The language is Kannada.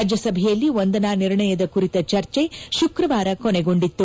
ರಾಜ್ಯಸಭೆಯಲ್ಲಿ ವಂದನಾ ನಿರ್ಣಯದ ಕುರಿತ ಚರ್ಚೆ ಶುಕ್ರವಾರ ಕೊನೆಗೊಂಡಿತ್ತು